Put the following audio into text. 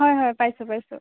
হয় হয় পাইছোঁ পাইছোঁ